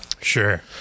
Sure